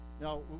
Now